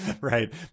Right